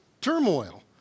turmoil